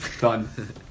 Done